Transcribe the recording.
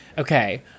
Okay